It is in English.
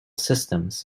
systems